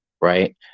right